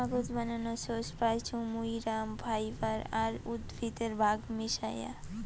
কাগজ বানানোর সোর্স পাইচুঙ মুইরা ফাইবার আর উদ্ভিদের ভাগ মিশায়া